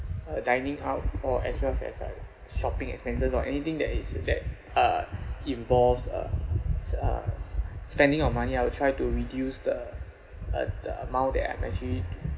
uh dining out or as well as uh shopping expenses or anything that is that uh involves uh s~ uh s~ spending of money I will try to reduce the uh the amount that I am actually